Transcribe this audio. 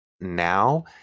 now